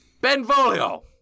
Benvolio